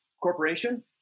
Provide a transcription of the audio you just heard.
corporation